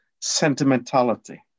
sentimentality